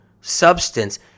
substance